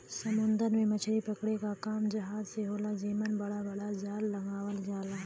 समुंदर में मछरी पकड़े क काम जहाज से होला जेमन बड़ा बड़ा जाल लगावल जाला